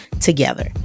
together